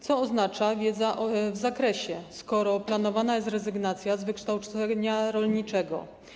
Co oznacza „wiedza w zakresie”, skoro planowana jest rezygnacja z wykształcenia rolniczego?